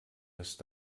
erst